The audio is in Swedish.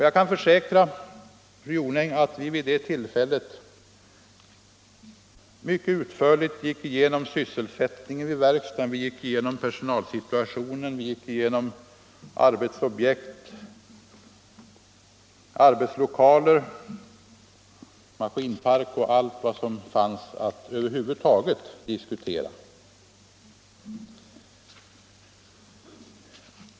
Jag kan försäkra fru Jonäng om att vi då utförligt behandlade sysselsättningen vid verkstaden, personalsituationen, arbetsobjekten, arbetslokalerna, maskinparken och över huvud taget allt som fanns att diskutera.